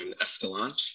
Escalante